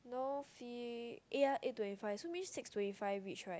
no eh ya eight twenty five so means six twenty five reach right